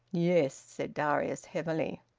yes, said darius heavily.